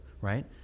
right